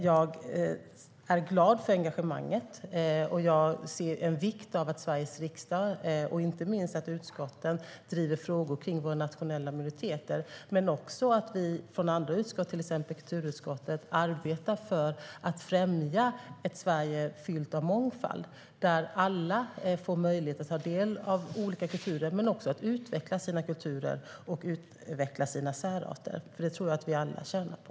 Jag är glad över engagemanget och lägger vikt vid att Sveriges riksdag, och inte minst utskotten, driver frågor kring våra nationella minoriteter. Till exempel kan kulturutskottet arbeta för att främja ett Sverige fyllt av mångfald där alla får möjlighet att ta del av olika kulturer och också att utveckla sin kulturer och särarter. Det tror jag att vi alla tjänar på.